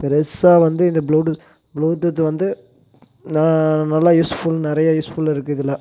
பெருசாக வந்து இந்த ப்ளூடூத் ப்ளூடூத் வந்து நான் நல்லா யூஸ்ஃபுல் நிறைய யூஸ்ஃபுல் இருக்குது இதில்